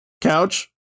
couch